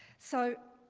so,